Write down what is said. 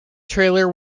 trailer